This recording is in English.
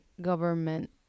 government